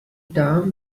tam